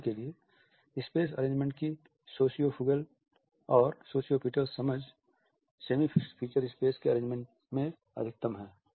उदाहरण के लिए स्पेस अरेंजमेंट की सोशियोफुगल और सोशियोपिटल समझ सेमी फिक्स्ड फ़ीचर स्पेस के अरेंजमेंट में अधिकतम है